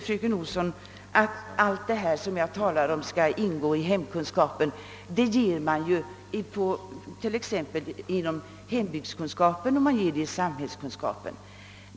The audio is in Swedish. Fröken Olsson säger vidare att mycket av det stoff, som jag önskar skall tas upp i hemkunskapsundervisningen, redan meddelas inom ramen för ämnena hembygdskunskap och samhällskunskap.